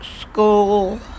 school